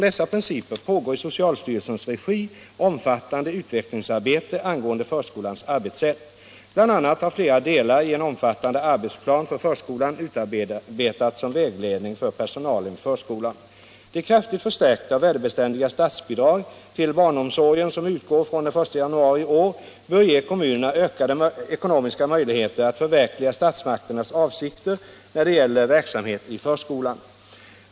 De kraftigt förstärkta och värdebeständiga statsbidrag till barnomsorgen som utgår från den 1 januari i år bör ge kommunerna ökade ekonomiska 95 möjligheter att förverkliga statsmakternas avsikter när det gäller verksamheten i förskolan.